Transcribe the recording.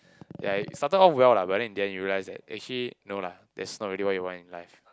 ya some turn out well lah but then in the end you realized that actually no lah that's not really what you want in life